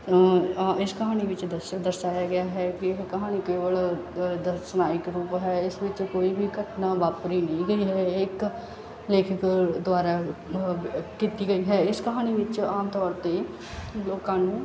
ਇਸ ਕਹਾਣੀ ਵਿੱਚ ਦਰਸਾਇਆ ਗਿਆ ਹੈ ਕਿ ਕਹਾਣੀ ਕੇਵਲ ਸਵਾ ਇੱਕ ਰੂਪ ਹੈ ਇਸ ਵਿੱਚ ਕੋਈ ਵੀ ਘਟਨਾ ਵਾਪਰੀ ਨਹੀਂ ਗਈ ਹੈ ਇਹ ਇੱਕ ਲੇਖਕ ਦੁਆਰਾ ਕੀਤੀ ਗਈ ਹੈ ਇਸ ਕਹਾਣੀ ਵਿੱਚ ਆਮ ਤੌਰ 'ਤੇ ਲੋਕਾਂ ਨੂੰ